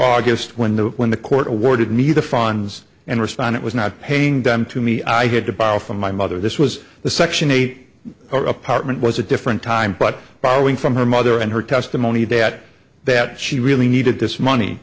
august when the when the court awarded me the funds and respond it was not paying them to me i had to borrow from my mother this was the section eight apartment was a different time but borrowing from her mother and her testimony that that she really needed this money